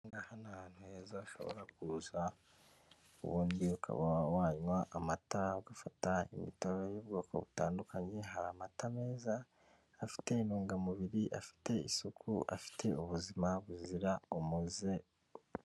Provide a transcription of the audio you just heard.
Aha ngaha ni ahantu heza ushobora kuza, ubundi ukaba wanywa amata ugafata imitobe y'ubwoko butandukanye, hari amata meza, afite intungamubiri, afite isuku, afite ubuzima buzira umuze.